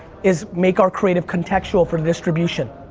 is make our creative contextual for the distribution.